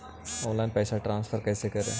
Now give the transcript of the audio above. Online पैसा transfer कैसे करे?